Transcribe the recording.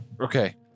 Okay